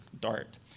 DART